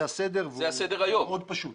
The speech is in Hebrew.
זה הסדר והוא מאוד פשוט.